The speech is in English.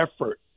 effort